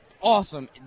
awesome